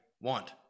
want